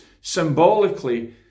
symbolically